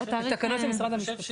זה שאתה יושב פה הרבה זמן,